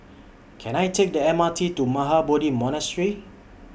Can I Take The M R T to Mahabodhi Monastery